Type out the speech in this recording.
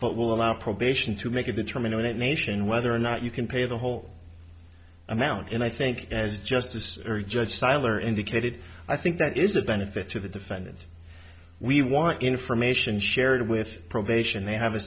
but will allow probation to make a determination whether or not you can pay the whole amount and i think as justice judge tyler indicated i think that is a benefit to the defendant we want information shared with probation they have a